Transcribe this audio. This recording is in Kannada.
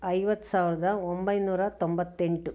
ಐವತ್ತು ಸಾವಿರದ ಒಂಬೈನೂರ ತೊಂಬತ್ತೆಂಟು